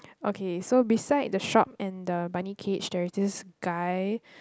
okay so beside the shop and the bunny cage there's this guy